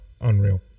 unreal